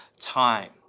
time